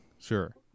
Sure